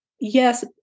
yes